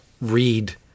read